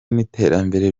n’iterambere